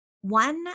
One